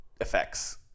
effects